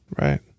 Right